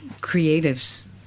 creatives